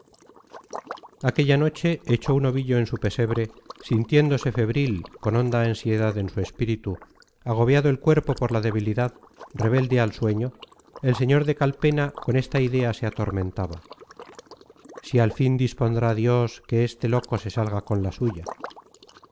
aquella noche hecho un ovillo en su pesebre sintiéndose febril con honda ansiedad en su espíritu agobiado el cuerpo por la debilidad rebelde al sueño el sr de calpena con esta idea se atormentaba si al fin dispondrá dios que este loco se salga con la suya